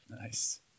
Nice